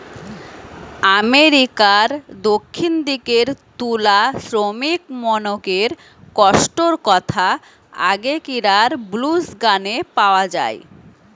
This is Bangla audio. আমেরিকার দক্ষিণ দিকের তুলা শ্রমিকমনকের কষ্টর কথা আগেকিরার ব্লুজ গানে পাওয়া যায়